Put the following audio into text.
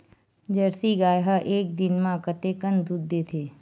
Jersey गाय ह एक दिन म कतेकन दूध देथे?